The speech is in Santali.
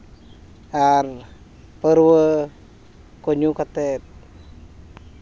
ᱟᱨ ᱯᱟᱹᱨᱣᱟᱹ ᱠᱚ ᱧᱩ ᱠᱟᱛᱮᱫ